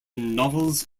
novels